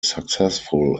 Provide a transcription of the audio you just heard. successful